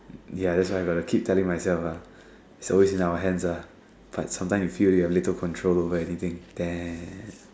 ya that's why got to keep telling myself lah it's always in our hands lah but sometime you feel you have little control over anything damn